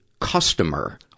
customer